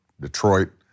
Detroit